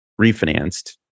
refinanced